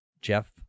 Jeff